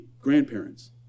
grandparents